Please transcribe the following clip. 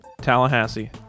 Tallahassee